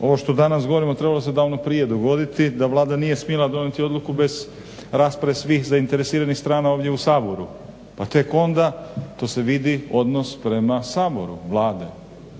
ovo što danas govorimo trebalo se davno prije dogoditi da Vlada nije smjela donijeti odluku bez rasprave svih zainteresiranih strana ovdje u Saboru pa tek onda to se vidi odnos prema Saboru Vlade,